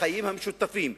בחיים המשותפים,